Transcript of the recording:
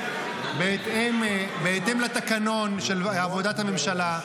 בהתאם לתקנון בעבודת הממשלה,